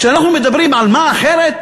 כשאנחנו מדברים על מה אחרת,